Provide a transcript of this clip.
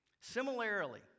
Similarly